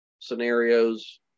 scenarios